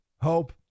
hope